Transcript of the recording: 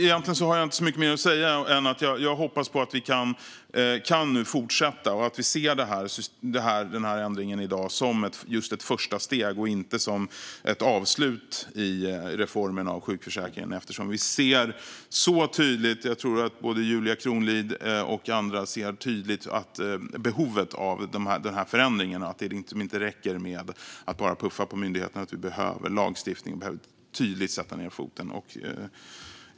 Egentligen har jag inte så mycket mer att säga än att jag hoppas på att vi nu kan fortsätta och att vi ser ändringen i dag som just ett första steg och inte som ett avslut i reformerna av sjukförsäkringen. Vi ser ju tydligt - jag tror att det gäller både Julia Kronlid och andra - att behovet av förändringarna finns och att det inte räcker med att bara puffa på myndigheterna. Vi behöver lagstiftning, och vi behöver tydligt sätta ned foten.